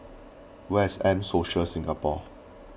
where is M Social Singapore